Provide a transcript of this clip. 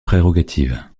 prérogatives